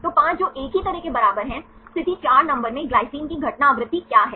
तो 5 जो एक ही तरह के बराबर है स्थिति 4 नंबर में ग्लाइसिन की घटना आवृत्ति क्या है